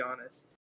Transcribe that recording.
honest